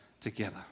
together